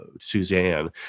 Suzanne